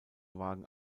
waren